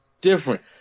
different